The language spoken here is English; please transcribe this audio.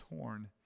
torn